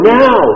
now